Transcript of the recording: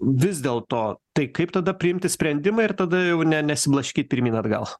vis dėlto tai kaip tada priimti sprendimą ir tada jau ne nesiblaškyt pirmyn atgal